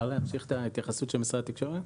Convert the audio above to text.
אפשר להמשיך את ההתייחסות של משרד התקשורת?